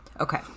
okay